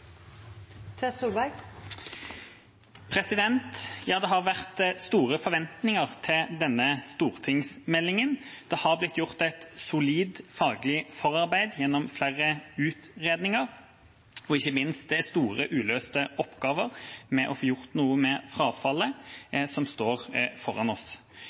Det har vært store forventninger til denne stortingsmeldinga. Det har blitt gjort et solid faglig forarbeid gjennom flere utredninger, og ikke minst er det store uløste oppgaver, som det å få gjort noe med frafallet, som står foran oss.